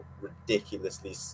ridiculously